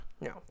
No